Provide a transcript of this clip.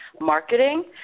marketing